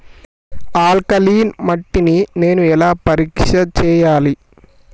Alkaline మట్టి ని నేను ఎలా పరీక్ష చేయాలి?